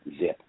zip